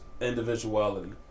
individuality